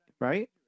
right